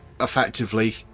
effectively